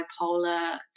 bipolar